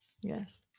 Yes